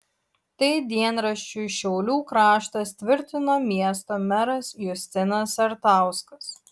tai dienraščiui šiaulių kraštas tvirtino miesto meras justinas sartauskas